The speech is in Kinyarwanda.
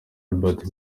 albert